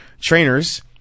trainers